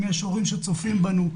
אם יש הורים שצופים בנו,